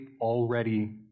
already